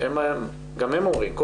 גם הם אומרים.